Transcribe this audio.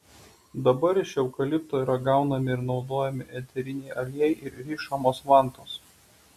dabar iš eukalipto yra gaunami ir naudojami eteriniai aliejai ir rišamos vantos